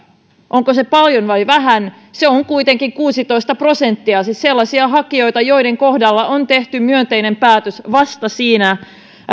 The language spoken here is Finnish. onko se paljon vai vähän se on kuitenkin kuusitoista prosenttia siis sellaisia hakijoita joiden kohdalla on tehty myönteinen päätös vasta